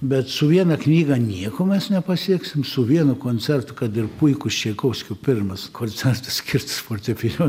bet su viena knyga nieko mes nepasieksim su vienu koncertu kad ir puikus čaikovskio pirmas koncertas skirtas fortepijon